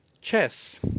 chess